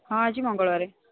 ହଁ ଆଜି ମଙ୍ଗଳବାର